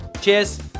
cheers